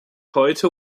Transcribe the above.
heute